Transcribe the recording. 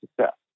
success